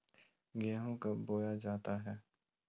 गेंहू कब बोया जाता हैं?